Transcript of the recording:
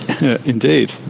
Indeed